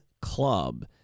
club